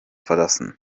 verlassen